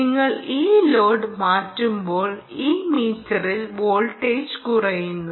നിങ്ങൾ ഈ ലോഡ് മാറ്റുമ്പോൾ ഈ മീറ്ററിൽ വോൾട്ടേജ് കുറയുന്നു